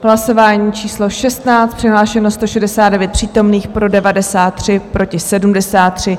Hlasování číslo 16, přihlášeno 169 přítomných, pro 93, proti 73.